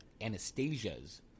Anastasia's